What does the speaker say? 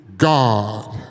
God